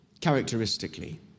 Characteristically